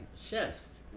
Chefs